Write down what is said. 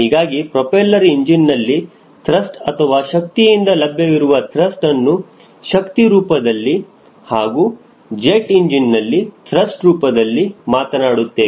ಹೀಗಾಗಿ propeller engine ನಲ್ಲಿ thrust ಅಥವಾ ಶಕ್ತಿಯಿಂದ ಲಭ್ಯವಿರುವ ತ್ರಸ್ಟ್ ಅನ್ನು ಶಕ್ತಿ ರೂಪದಲ್ಲಿ ಹಾಗೂ ಜೆಟ್ ಇಂಜಿನ್ ನಲ್ಲಿ ತ್ರಸ್ಟ್ ರೂಪದಲ್ಲಿ ಮಾತನಾಡುತ್ತೇವೆ